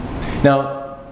Now